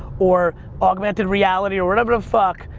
or augmented reality or whatever the fuck,